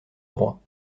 droits